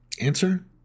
Answer